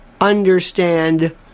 understand